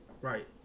Right